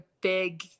big